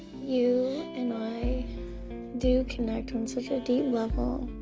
you and i do connect on such a deep level.